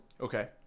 Okay